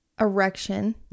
erection